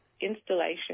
installation